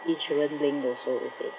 each one link also you see